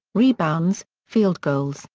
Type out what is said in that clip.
rebounds field goals,